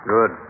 Good